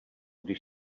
když